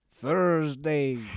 Thursday